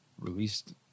released